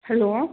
hello